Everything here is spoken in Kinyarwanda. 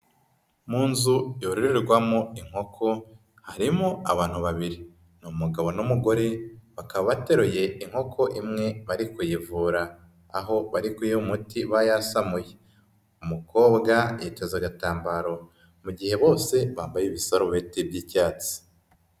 Mu nzu yororerwamo inkoko harimo abantu babiri. Ni umugabo n'umugore, bakaba bateruye inkoko imwe, bari kuyivura. Aho bari kuyiha umuti bayasamuye. Umukobwa yiteze agatambaro. Mu gihe bose bambaye ibisarubeti by'icyatsi.